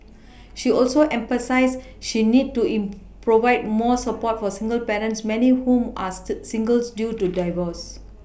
she also emphasised she need to in provide more support for single parents many of whom ask single due to divorce